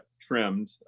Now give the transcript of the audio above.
trimmed